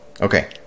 Okay